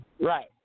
Right